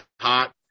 hot